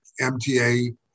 MTA